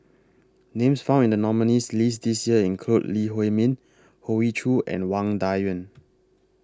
Names found in The nominees' list This Year include Lee Huei Min Hoey Choo and Wang DA Yuan